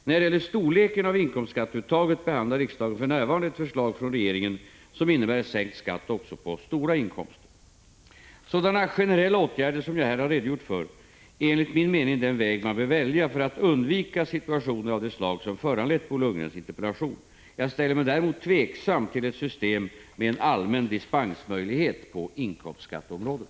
När det gäller storleken av inkomstskatteuttaget kan jag nämna att riksdagen för närvarande behandlar ett förslag från regeringen som innebär sänkt skatt också på stora inkomster. Sådana generella åtgärder som jag här redogjort för är enligt min mening den väg man bör välja för att undvika situationer av det slag som föranlett Bo Lundgrens interpellation. Jag ställer mig däremot tveksam till ett system med en allmän dispensmöjlighet på inkomstskatteområdet.